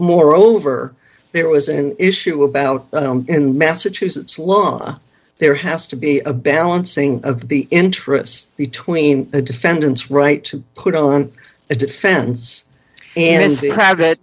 moreover there was an issue about in massachusetts law there has to be a balancing of the interests between the defendant's right to put on the defense and